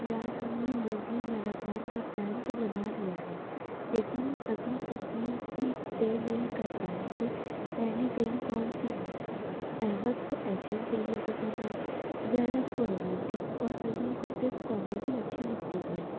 یار ہم نے مووی میراتھون کا پلان تو بنا لیا ہے لیکن ابھی تک یہ تھی طے نہیں کر پائے کہ پہلی فلم کون سی ہو احمد کو ایکشن فلمیں پسند ہیں زینب کو رومانٹک اور علی کو صرف کامیڈی اچھی لگتی ہیں